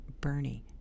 Bernie